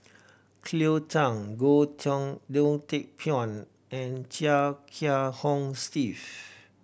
Cleo Thang Goh Goh Teck Phuan and Chia Kiah Hong Steve